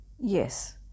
Yes